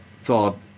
thought